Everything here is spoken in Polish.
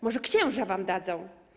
Może księża wam dadzą?